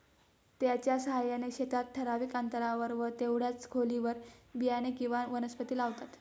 त्याच्या साहाय्याने शेतात ठराविक अंतरावर व तेवढ्याच खोलीवर बियाणे किंवा वनस्पती लावतात